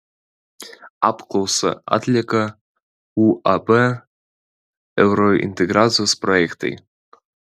apklausą atlieka uab eurointegracijos projektai